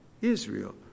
Israel